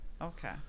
Okay